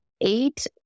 eight